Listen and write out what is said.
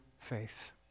faith